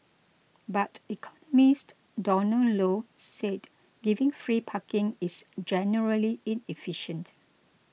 but economist Donald Low said giving free parking is generally inefficient